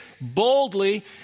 boldly